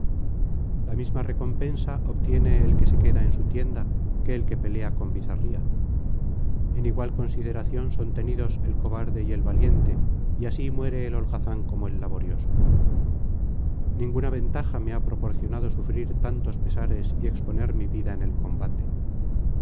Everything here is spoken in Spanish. la misma recompensa obtiene el que se queda en su tienda que el que pelea con bizarría en igual consideración son tenidos el cobarde y el valiente y así muere el holgazán como el laborioso ninguna ventaja me ha proporcionado sufrir tantos pesares y exponer mi vida en el combate